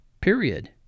period